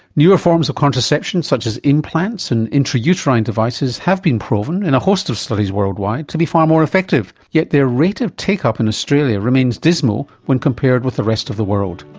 newer formers of contraception, such as implants and intrauterine devices, have been proven in a host of studies worldwide to be far more effective, yet their rate of take-up in australia remains dismal when compared with the rest of the world.